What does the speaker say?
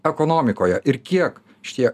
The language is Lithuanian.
ekonomikoje ir kiek šie